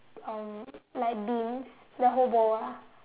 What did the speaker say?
um like beans the whole bowl lah